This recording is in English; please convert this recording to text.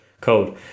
code